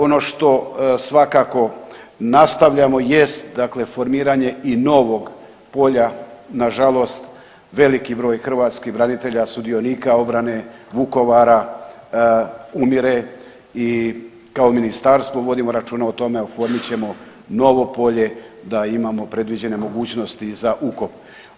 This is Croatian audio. Ono što svakako nastavljamo jest dakle formiranje i novog polja, nažalost veliki broj hrvatskih branitelja sudionika obrane Vukovara umire i kao ministarstvo vodimo računa o tome oformit ćemo novo polje da imamo predviđene mogućnosti za ukop.